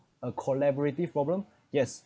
a collaborative problem yes